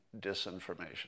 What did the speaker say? disinformation